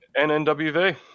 NNWV